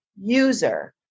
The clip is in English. user